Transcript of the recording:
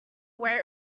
where